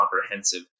comprehensive